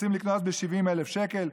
רוצים לקנוס ב-70,000 שקלים.